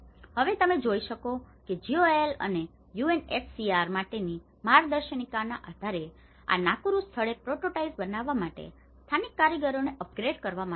હવે તમે જે જોઈ શકો છો તે છે જીઓએએલ અને યુએનએચસિઆર માટેની આ માર્ગદર્શિકાઓના આધારે આ નાકુરૂ સ્થળે પ્રોટોટાઇપ્સ બનાવવા માટે સ્થાનિક કારીગરોને અપગ્રેડ કરવા માટે લાવ્યા